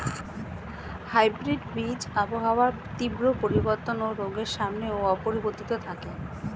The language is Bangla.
হাইব্রিড বীজ আবহাওয়ার তীব্র পরিবর্তন ও রোগের সামনেও অপরিবর্তিত থাকে